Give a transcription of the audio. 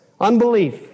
unbelief